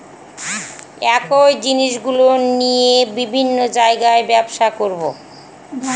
একই জিনিসগুলো নিয়ে বিভিন্ন জায়গায় ব্যবসা করবো